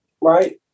Right